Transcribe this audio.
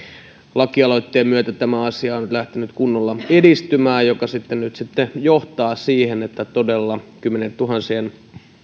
lakialoitteen myötä tämä asia on nyt lähtenyt kunnolla edistymään mikä nyt sitten johtaa siihen että todella kymmenientuhansien